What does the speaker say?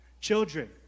children